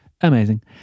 amazing